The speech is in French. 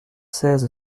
seize